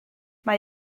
mae